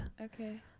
Okay